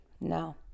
No